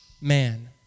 man